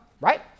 right